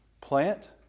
plant